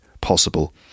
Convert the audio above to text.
possible